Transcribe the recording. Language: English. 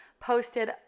posted